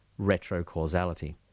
retrocausality